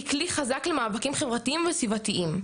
היא כלי חזק למאבקים חברתיים וסביבתיים,